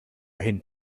hin